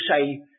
say